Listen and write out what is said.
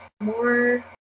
more